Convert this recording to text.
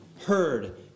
heard